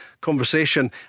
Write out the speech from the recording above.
conversation